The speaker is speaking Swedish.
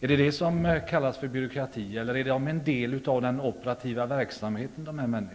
Är det detta som kallas för byråkrati eller är dessa människor en del av den operativa verksamheten?